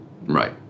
Right